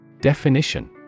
Definition